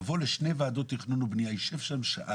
יבוא לשתי ועדות תכנון ובנייה, יישב שם שעה.